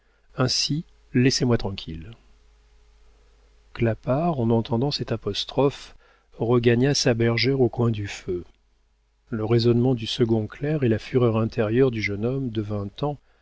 ainsi laissez-moi tranquille clapart en entendant cette apostrophe regagna sa bergère au coin du feu le raisonnement du second clerc et la fureur intérieure du jeune homme de vingt ans